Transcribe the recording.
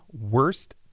worst